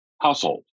household